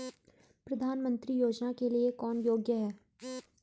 प्रधानमंत्री योजना के लिए कौन योग्य है?